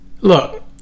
look